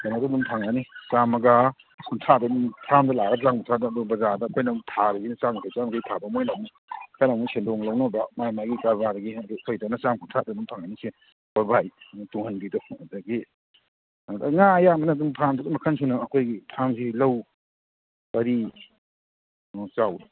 ꯀꯩꯅꯣꯗ ꯑꯗꯨꯝ ꯐꯪꯒꯅꯤ ꯆꯥꯝꯃꯒ ꯀꯨꯟꯊ꯭ꯔꯥꯗ ꯑꯗꯨꯝ ꯐ꯭ꯔꯥꯝꯗ ꯂꯥꯛꯑꯒ ꯆꯥꯝ ꯀꯨꯟꯊ꯭ꯔꯥꯗ ꯑꯗꯨ ꯕꯖꯥꯔꯗ ꯑꯩꯈꯣꯏꯅ ꯑꯃꯨꯛ ꯊꯥꯔꯤꯁꯤꯅ ꯆꯥꯝ ꯌꯥꯡꯈꯩ ꯆꯥꯝ ꯌꯥꯡꯈꯩ ꯊꯥꯕ ꯃꯣꯏꯅ ꯑꯃꯨꯛ ꯈꯔ ꯑꯃꯨꯛ ꯁꯦꯟꯗꯣꯡ ꯂꯧꯅꯕ꯭ꯔꯥ ꯃꯥꯏ ꯃꯥꯏꯒꯤ ꯀꯔꯕꯥꯔꯒꯤ ꯑꯗꯨ ꯑꯩꯈꯣꯏꯗꯅ ꯆꯥꯝ ꯀꯨꯟꯊ꯭ꯔꯥꯗ ꯑꯗꯨꯝ ꯐꯪꯒꯅꯤ ꯁꯤ ꯍꯣꯔꯣꯕꯥꯏ ꯇꯨꯡꯍꯟꯕꯤꯗꯣ ꯑꯗꯒꯤ ꯉꯥ ꯑꯌꯥꯝꯕꯅ ꯑꯗꯨꯝ ꯐ꯭ꯔꯥꯝꯗ ꯂꯣꯏ ꯃꯈꯟ ꯁꯨꯅ ꯑꯩꯈꯣꯏꯒꯤ ꯐ꯭ꯔꯥꯝꯁꯤ ꯂꯧ ꯄꯔꯤ